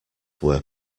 were